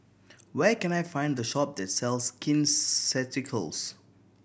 where can I find the shop that sells Skin Ceuticals